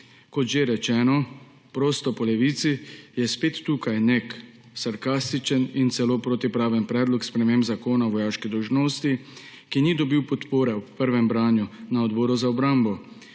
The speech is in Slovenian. Kot že rečeno, prosto po Levici, je spet tukaj nek sarkastičen in celo protipraven predlog sprememb Zakona o vojaški dolžnosti, ki ni dobil podpore ob prvem branju na Odboru za obrambo,